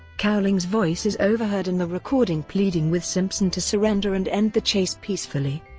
cowlings' voice is overheard in the recording pleading with simpson to surrender and end the chase peacefully.